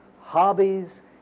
Hobbies